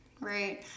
right